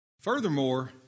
Furthermore